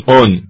on